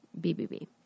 BBB